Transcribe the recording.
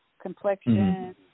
complexion